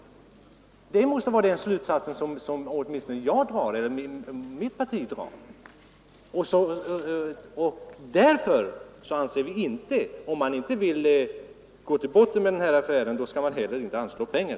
Det är den slutsats som åtminstone jag och mitt parti drar. Därför anser vi att om man inte vill gå till botten med den här affären så skall riksdagen heller inte anslå pengar.